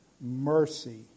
mercy